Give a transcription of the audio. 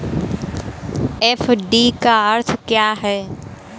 FD का अर्थ क्या है?